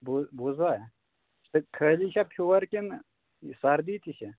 بوٗز بوٗزوا خٲلی چھا فیور کِنہٕ سردی تہِ چھ